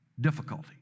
difficulty